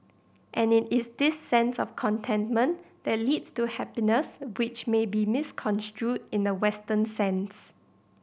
and it is this sense of contentment that leads to happiness which may be misconstrued in the Western sense